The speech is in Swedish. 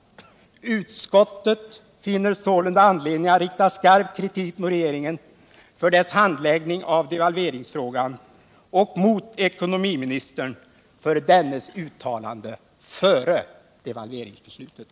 Utskottet finner sålunda anledning att rikta skarp kritik mot regeringen för dess handläggning av devalveringsfrågan och mot ekonomiministern för dennes uttalanden före devalveringsbeslutet.”